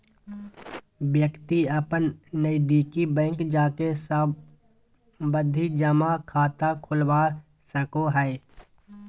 व्यक्ति अपन नजदीकी बैंक जाके सावधि जमा खाता खोलवा सको हय